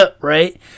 right